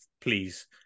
please